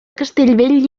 castellbell